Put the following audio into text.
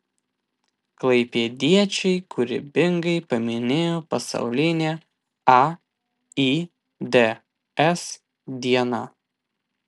klaipėdiečiai kūrybingai paminėjo pasaulinę aids dieną